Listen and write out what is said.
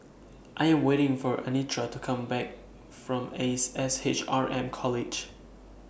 I Am waiting For Anitra to Come Back from Ace S H R M College